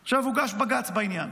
עכשיו, הוגש בג"ץ בעניין.